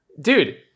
dude